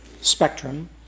spectrum